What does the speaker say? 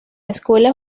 escuela